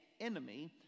enemy